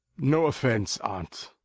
no offence, aunt.